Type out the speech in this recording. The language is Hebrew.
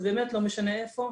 זה באמת לא משנה איפה,